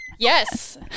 Yes